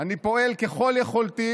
אני פועל ככל יכולתי